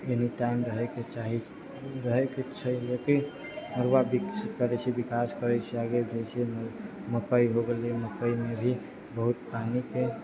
anytime रहै के चाही रहै के छै लेकिन मरुआ विकसित करै छै विकास करै छै आगे जैसे मे मकइ हो गेलै मकइ मे भी बहुत पानी के